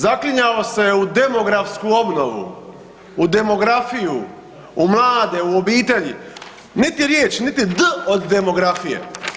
Zaklinjao se u demografsku obnovu, u demografiju, u mlade, u obitelji, niti riječi, niti D od demografije.